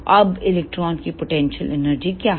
अब इलेक्ट्रॉन की potential energy क्या है